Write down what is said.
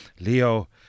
Leo